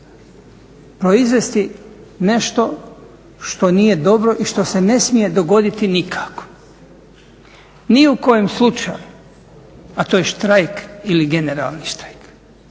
proizvesti nešto što nije dobro i što se ne smije dogoditi nikako, ni u kojem slučaju a to je štrajk ili generalni štrajk.